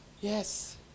Yes